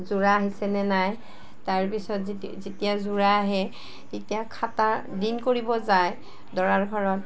যোৰা আহিছে নে নাই তাৰপিছত যে যেতিয়া যোৰা আহে তেতিয়া খাতা দিন কৰিব যায় দৰাৰ ঘৰত